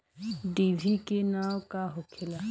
डिभी के नाव का होखेला?